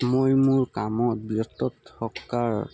মই মোৰ কামত ব্যস্ত থকাৰ